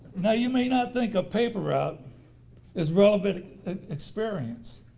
now you may not think a paper route is relevant experience